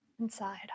inside